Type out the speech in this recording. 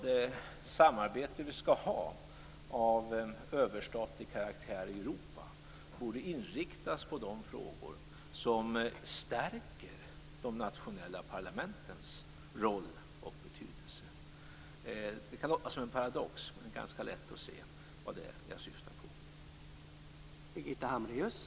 Det samarbete vi skall ha av överstatlig karaktär i Europa borde inriktas på de frågor som stärker de nationella parlamentens roll och betydelse. Det kan låta som en paradox, men det är ganska lätt att se vad jag syftar på.